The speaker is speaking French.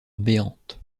béante